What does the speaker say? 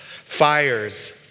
fires